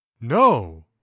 No